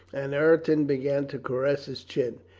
and ireton began to caress his chin.